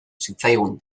zitzaigun